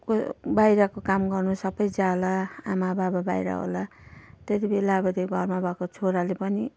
को बाहिरको काम गर्नु सबै जाला आमा बाबा बाहिर होला त्यतिबेला अबबो त्यो घरमा भएको छोराले पनि